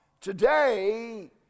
today